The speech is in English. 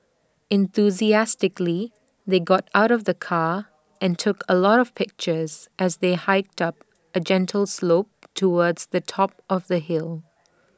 enthusiastically they got out of the car and took A lot of pictures as they hiked up A gentle slope towards the top of the hill